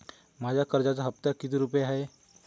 माझ्या कर्जाचा हफ्ता किती रुपये आहे?